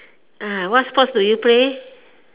uh what sports do you play